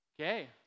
Okay